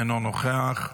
אינו נוכח,